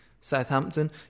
Southampton